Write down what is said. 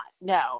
No